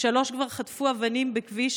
שלוש כבר חטפו אבנים בכביש